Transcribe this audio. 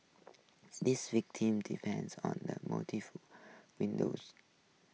this victim defends on the winds